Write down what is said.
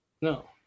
No